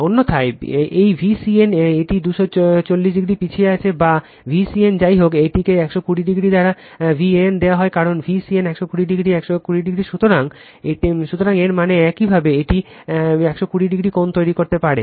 অন্যথায় এই Vcn এটি 240 ডিগ্রী পিছিয়ে আছে বা Vcn যাইহোক এটিকে 120 ডিগ্রী দ্বারা ভ্যান দেওয়া হয় কারণ Vcn 120 ডিগ্রী 120 ডিগ্রী সুতরাং এর মানে একইভাবে এইটি একইভাবে 120 ডিগ্রি কোণ তৈরি করতে পারে